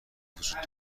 وجود